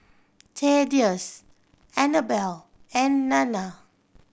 Thaddeus Anabel and Nana